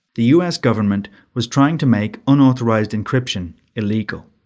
the us government was trying to make unauthorised encryption illegal!